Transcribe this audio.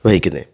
വഹിക്കുന്നെ